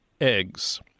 eggs